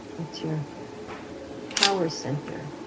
that's your power center,